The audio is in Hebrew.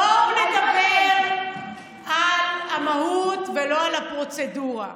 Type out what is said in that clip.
בואו נדבר על המהות ולא על הפרוצדורה.